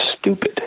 Stupid